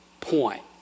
point